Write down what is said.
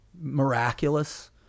miraculous